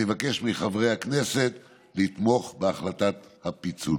אני מבקש מחברי הכנסת לתמוך בהחלטת הפיצול.